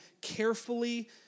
carefully